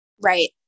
Right